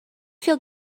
feel